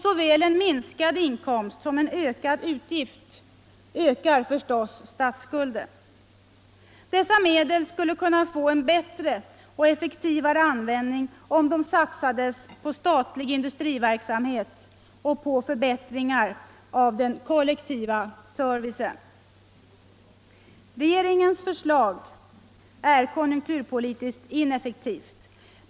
Såväl en minskad inkomst som en ökad utgift ökar statsskulden. Dessa medel skulle kunna få en bättre och effektivare användning om de satsades på statlig industriverksamhet och på förbättringar av den kollektiva servicen. Regeringens förslag är konjunkturpolitiskt ineffektivt.